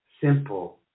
simple